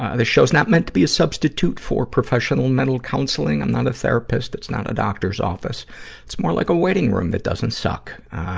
this show's not meant to be a substitute for professional mental counseling. i'm not a therapist it's not a doctor's office it's more like a waiting room that doesn't suck.